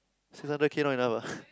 six hundred K not enough ah